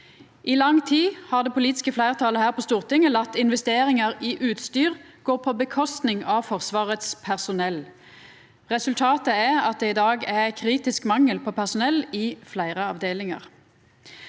I lang tid har det politiske fleirtalet på Stortinget late investeringar i utstyr gå på kostnad av Forsvarets personell. Resultatet er at det i dag er kritisk mangel på personell i fleire avdelingar.